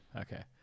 Okay